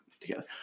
together